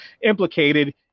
implicated